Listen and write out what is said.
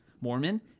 Mormon